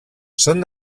són